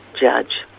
judge